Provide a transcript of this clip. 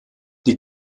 die